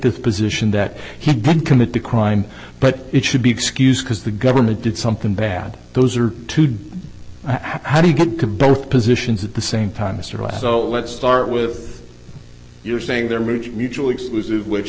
the position that he didn't commit the crime but it should be excused because the government did something bad those are two how do you get to both positions at the same time mr right so let's start with you're saying they're rich mutually exclusive which